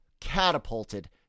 catapulted